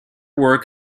work